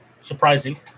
surprising